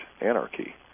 anarchy